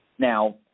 Now